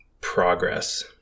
progress